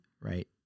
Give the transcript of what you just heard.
right